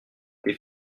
tes